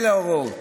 אלה ההוראות.